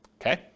okay